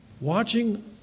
Watching